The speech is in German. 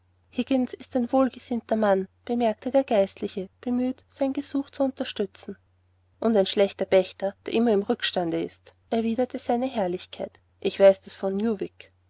ist ein wohlgesinnter mann bemerkte der geistliche bemüht sein gesuch zu unterstützen und ein schlechter pächter der immer im rückstande ist erwiderte seine herrlichkeit ich weiß das von newick